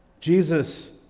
Jesus